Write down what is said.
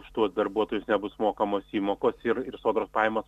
už tuos darbuotojus nebus mokamos įmokos ir ir sodros pajamos